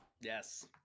Yes